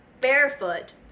barefoot